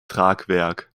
tragwerk